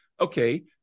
okay